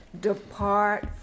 Depart